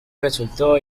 resultó